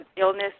illness